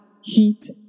heat